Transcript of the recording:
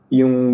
yung